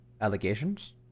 allegations